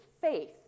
faith